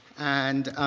and